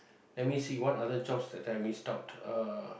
let me see what other jobs that I've missed out uh